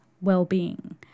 well-being